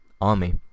army